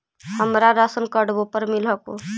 हमरा राशनकार्डवो पर मिल हको?